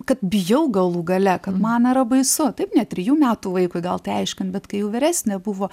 kad bijau galų gale kad man yra baisu taip net trijų metų vaikui gal tai aiškint bet kai jau vyresnė buvo